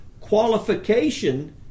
qualification